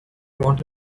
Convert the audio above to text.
want